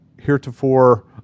heretofore